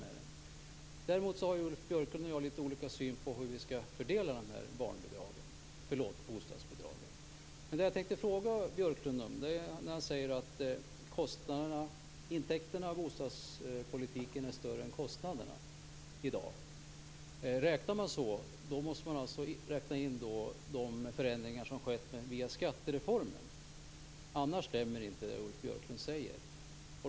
Ulf Björklund och jag har däremot litet olika syn på hur bostadsbidragen skall fördelas. Ulf Björklund sade att intäkterna av bostadspolitiken är större än kostnaderna. Då måste man också räkna in de förändringar som har skett via skattereformen, annars stämmer det inte.